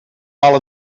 mala